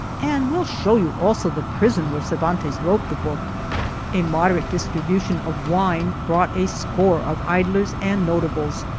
and well show you also the prison where cer vantes wrote the book a moderate distribution of wine brought a score of idlers and notables,